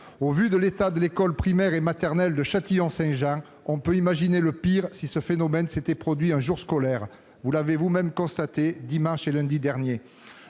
Au vu de l'état de l'école primaire et maternelle de Châtillon-Saint-Jean, on comprend que le pire aurait pu survenir si ce phénomène s'était produit un jour scolaire. Vous avez vous-même pu le constater dimanche et lundi derniers.